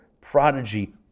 prodigy